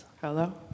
Hello